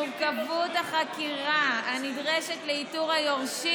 מורכבות החקירה הנדרשת לאיתור היורשים,